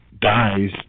dies